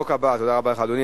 תודה רבה לך, אדוני.